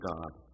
God